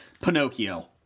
Pinocchio